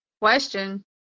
question